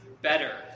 Better